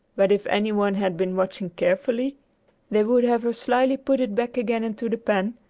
but if any one had been watching carefully they would have her slyly put it back again into the pan,